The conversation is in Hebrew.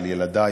על ילדיי,